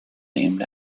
named